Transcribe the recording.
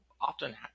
often